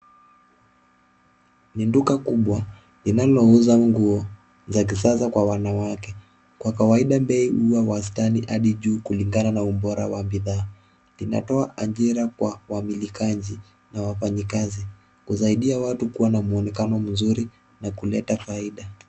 Ni duka kubwa linalouza nguo za kisasa kwa wanawake. Kwa kawaida bei huwa wastani hadi juu kulingana na ubora wa bidhaa. Inatoa ajira kwa wamilikaji na wafanyikazi. Husaidia watu kuwa na mwonekano mzuri na kuleta faida.